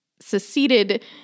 seceded